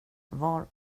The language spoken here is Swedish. var